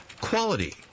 quality